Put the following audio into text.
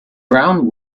brown